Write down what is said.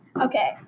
Okay